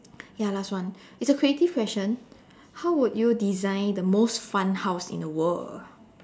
ya last one it's a creative question how would you design the most fun house in the world